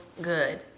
good